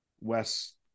Wes